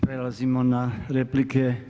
Prelazimo na replike.